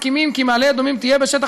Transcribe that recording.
מסכימים כי מעלה-אדומים תהיה בשטח